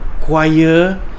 choir